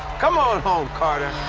come on home, carter.